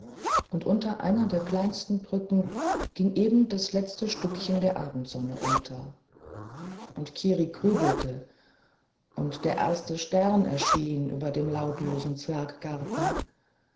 und unter einer der kleinsten brücken ging eben das letzte stückchen der abendsonne unter und kiri grübelte und der erste stern erschien über dem lautlosen